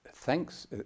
Thanks